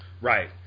Right